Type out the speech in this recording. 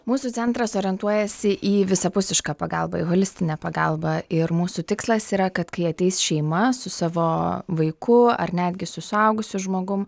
mūsų centras orientuojasi į visapusišką pagalbą į holistinę pagalbą ir mūsų tikslas yra kad kai ateis šeima su savo vaiku ar netgi su suaugusiu žmogum